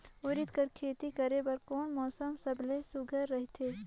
उरीद कर खेती करे बर कोन मौसम सबले सुघ्घर रहथे?